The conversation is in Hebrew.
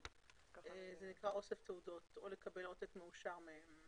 זה נקרא אוסף תעודות או לקבל עותק מאושר מהן.